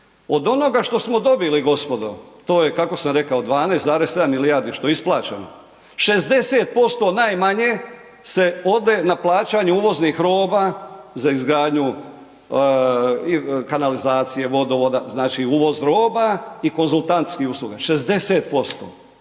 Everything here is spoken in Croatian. Od onoga što smo dobili, gospodo, to je, kako sam rekao, 12,7 milijardi, što je isplaćeno, 60% najmanje se ode na plaćanje uvoznih roba, za izgradnju i kanalizacije i vodovoda, znači uvoz roba i konzultantskih usluga, 60%.